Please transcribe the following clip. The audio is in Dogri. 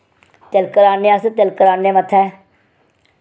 तिलक लान्ने अस तिलक लान्ने मत्थै